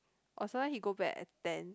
or sometime he go back at ten